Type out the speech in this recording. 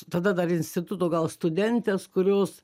tada dar instituto gal studentės kurios